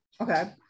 Okay